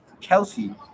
Kelsey